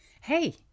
hey